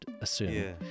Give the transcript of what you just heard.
assume